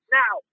now